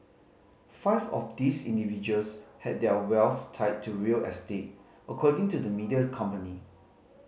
five of these individuals had their wealth tied to real estate according to the media company